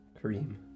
cream